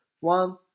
one